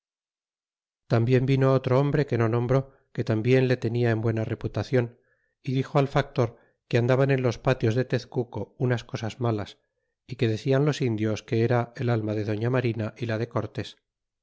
tambien vino otro hombre que no nombro que tambien le tenia en buena reputacion é dixo al factor que andaban en los patios de tezcueo unas cosas malas y que decian indios que era el alma de doña marina y la de cortés